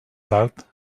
tard